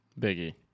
Biggie